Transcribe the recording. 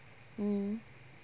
mm